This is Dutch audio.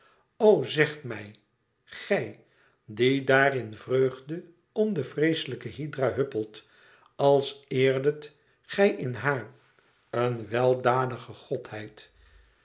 o zegt mij gij die daar in vreugde om de vreeslijke hydra huppelt als eerdet gij in haar een weldadige godheid